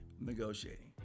negotiating